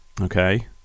okay